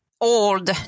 old